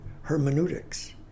hermeneutics